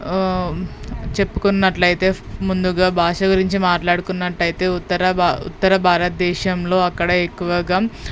చెప్పుకున్నట్టు అయితే ముందుగా భాష గురించి మాట్లాడుకున్నటైతే ఉత్తర భా ఉత్తర భారత దేశంలో అక్కడ ఎక్కువగా